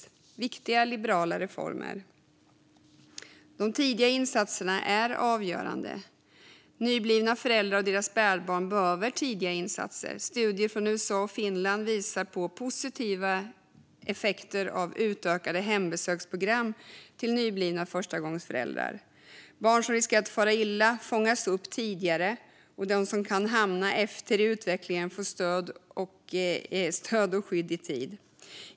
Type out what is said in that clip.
Här finns det viktiga liberala reformer. De tidiga insatserna är avgörande. Nyblivna föräldrar och deras spädbarn behöver tidiga insatser. Studier från USA och Finland visar på positiva effekter av utökade hembesöksprogram när det gäller nyblivna förstagångsföräldrar. Barn som riskerar att fara illa fångas upp tidigare, och de som kan hamna efter i utvecklingen får stöd och skydd i tid.